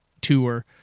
tour